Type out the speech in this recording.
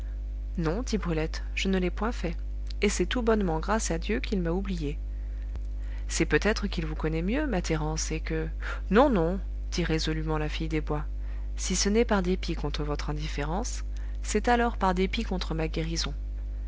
non dit brulette je ne l'ai point fait et c'est tout bonnement grâce à dieu qu'il m'a oubliée c'est peut-être qu'il vous connaît mieux ma thérence et que non non dit résolument la fille des bois si ce n'est par dépit contre votre indifférence c'est alors par dépit contre ma guérison